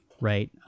right